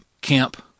camp